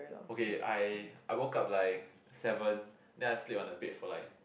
okay I I woke up like seven then I sleep on the bed like